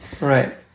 Right